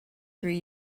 three